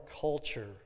culture